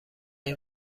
این